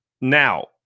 Now